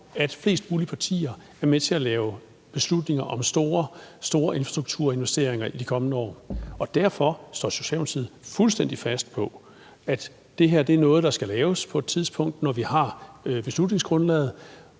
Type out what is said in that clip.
at flest mulige partier er med til at lave beslutninger om store infrastrukturinvesteringer i de kommende år. Derfor står Socialdemokratiet fuldstændig fast på, at det her er noget, der skal laves på et tidspunkt, når vi har beslutningsgrundlaget,